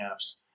apps